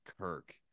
Kirk